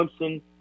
Clemson